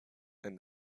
and